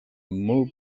molt